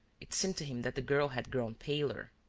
it seemed to him that the girl had grown paler.